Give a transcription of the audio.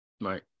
Right